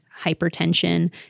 hypertension